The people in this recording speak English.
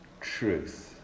truth